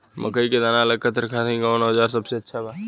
मकई के दाना अलग करे खातिर कौन औज़ार सबसे अच्छा बा?